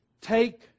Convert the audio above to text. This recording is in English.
take